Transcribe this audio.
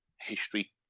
history